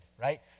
right